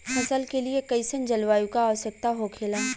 फसल के लिए कईसन जलवायु का आवश्यकता हो खेला?